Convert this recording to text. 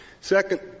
Second